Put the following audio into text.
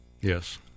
Yes